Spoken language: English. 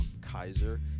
Kaiser